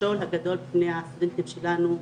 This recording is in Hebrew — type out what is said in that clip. מהמכשול הגדול בפני הסטודנטים שלנו באקדמיה.